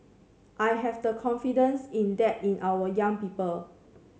I have the confidence in that in our young people